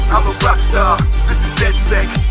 rockstar this is dedsec,